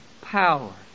power